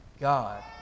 God